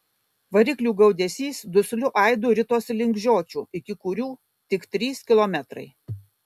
variklių gaudesys dusliu aidu ritosi link žiočių iki kurių tik trys kilometrai